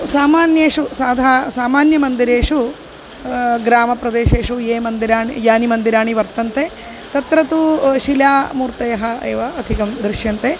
सामान्येषु साधा सामान्यं मन्दिरेषु ग्रामप्रदेशेषु ये मन्दिराणि यानि मन्दिराणि वर्तन्ते तत्र तु शिलामूर्तयः एव अधिकं दृश्यन्ते